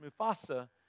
Mufasa